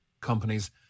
companies